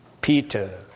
Peter